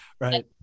Right